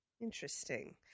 interesting